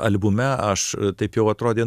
albume aš taip jau atrodė